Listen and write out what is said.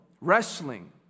wrestling